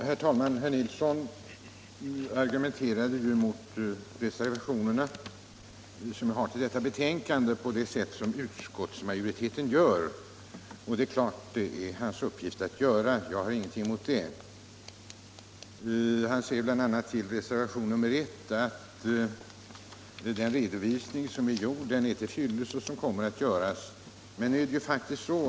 Herr talman! Herr Nilsson i Kalmar argumenterade mot reservationerna vid betänkandet på det sätt utskottsmajoriteten gör, och det är klart att det är hans uppgift. Jag har ingenting emot det. Han säger bl.a. beträffande reservationen I att den redovisning som är gjord och som kommer att göras är till fyllest.